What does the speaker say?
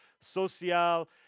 Social